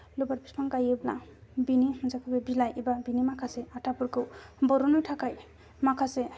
लबार बिफां गायोब्ला बिनि जा बे बिलाइ एबा बिनि माखासे आथाफोरखौ बर'ननो थाखाय माखासे